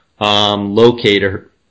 locator